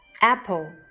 Apple